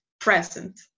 present